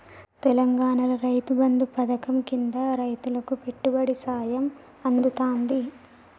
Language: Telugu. తెలంగాణాల రైతు బంధు పథకం కింద రైతులకు పెట్టుబడి సాయం అందుతాంది